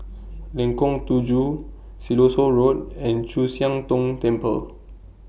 Lengkong Tujuh Siloso Road and Chu Siang Tong Temple